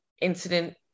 incident